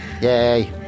Yay